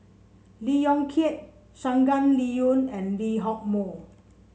Lee Yong Kiat Shangguan Liuyun and Lee Hock Moh